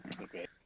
Okay